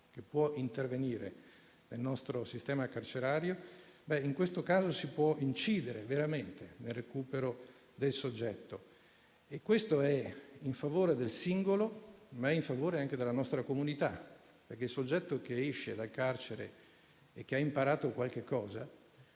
(che può intervenire nel nostro sistema carcerario), si possa incidere veramente nel recupero del soggetto. Questo va in favore del singolo, ma anche della nostra comunità, perché il soggetto che esce dal carcere, se ha imparato qualcosa,